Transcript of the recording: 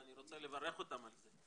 ואני רוצה לברך אותם על זה,